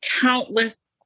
countless